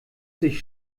sich